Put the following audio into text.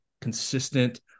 consistent